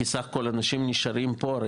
בסך הכול, אנשים נשארים פה.